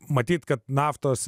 matyt kad naftos